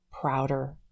prouder